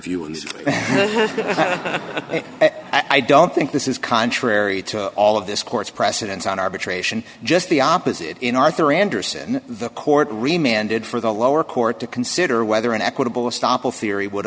this i don't think this is contrary to all of this court's precedents on arbitration just the opposite in arthur andersen the court remanded for the lower court to consider whether an equitable stoppel theory would